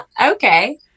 okay